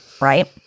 Right